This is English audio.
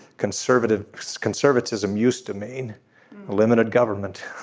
conservative conservatism used to mean limited government.